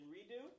Redo